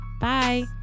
Bye